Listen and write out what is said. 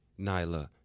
nyla